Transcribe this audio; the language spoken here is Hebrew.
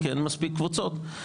כי אין מספיק קבוצות.